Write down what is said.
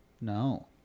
No